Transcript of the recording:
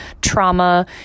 trauma